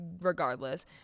regardless